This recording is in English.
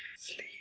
Sleep